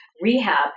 rehab